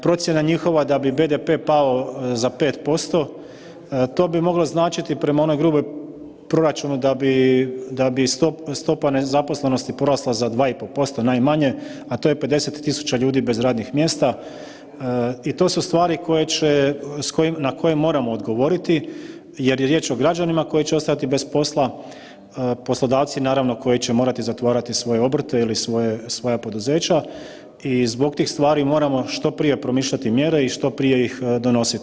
Procjena njihova da bi BDP pao za 5%, to bi moglo značiti prema onoj gruboj, proračunu da bi stopa nezaposlenosti za 2,5% najmanje a to je 50.000 ljudi bez radnih mjesta i to su stvari koje će, na koje moramo odgovoriti jer je riječ o građanima koji će ostajati bez posla, poslodavci naravno koji će morati zatvarati svoje obrte ili svoja poduzeća i zbog tih stvari moramo što prije promišljati mjere i što prije ih donositi.